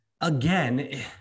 again